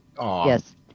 yes